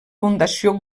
fundació